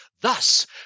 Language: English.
Thus